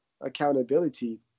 accountability